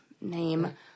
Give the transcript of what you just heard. name